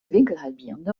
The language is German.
winkelhalbierende